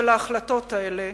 של ההחלטות האלה,